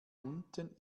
unten